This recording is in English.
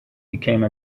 became